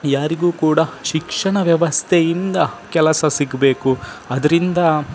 ಯಾರಿಗೂ ಕೂಡ ಶಿಕ್ಷಣ ವ್ಯವಸ್ಥೆಯಿಂದ ಕೆಲಸ ಸಿಗಬೇಕು ಅದರಿಂದ